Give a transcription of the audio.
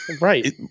Right